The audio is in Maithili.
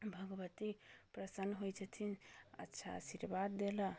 भगवती प्रसन्न होइ छथिन अच्छा आशीर्वाद देलऽ